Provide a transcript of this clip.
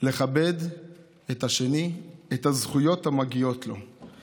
לכבד את השני, את הזכויות המגיעות לו.